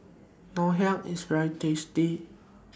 Ngoh Hiang IS very tasty